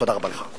תודה רבה לך.